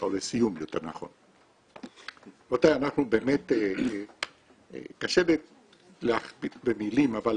רבותיי, קשה להכביר במילים, אבל